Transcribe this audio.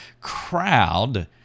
crowd